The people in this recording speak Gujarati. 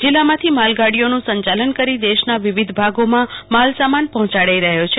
જિલ્લામાંથી માલગાડીઓનું સંચા લન કરી દેશના વિવિધ ભાગોમાં માલ સામાન પહોંચાડાઈ રહયો છે